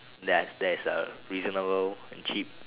that there is a reasonable and cheap